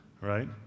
right